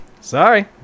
sorry